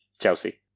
Chelsea